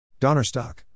Donnerstock